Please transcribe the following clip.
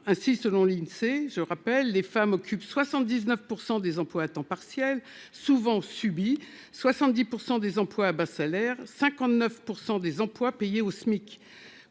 Ainsi, selon l'Insee, les femmes occupent 79 % des emplois à temps partiel- souvent subis -, 70 % des emplois à bas salaires et 59 % des emplois payés au SMIC,